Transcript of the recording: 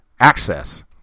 Access